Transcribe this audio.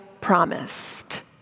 promised